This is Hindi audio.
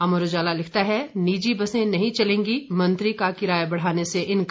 अमर उजाला लिखता है निजी बसें नहीं चलेंगी मंत्री का किराये बढ़ाने से इनकार